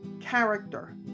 character